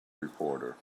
reporter